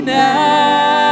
now